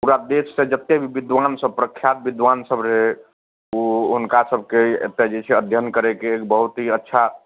पूरा देशसँ जते भी विद्वान सब प्रख्यात विद्वान सब रहय ओ हुनका सबके एतऽ जे छै अध्ययन करयके एक बहुत ही अच्छा